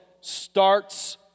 starts